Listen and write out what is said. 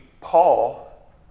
Paul